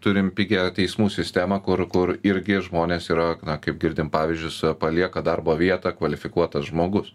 turim pigią teismų sistemą kur kur irgi žmonės yra kaip girdim pavyzdžius palieka darbo vietą kvalifikuotas žmogus